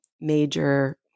major